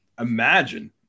Imagine